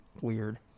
weird